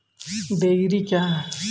Dairy क्या हैं?